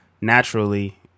naturally